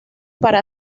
para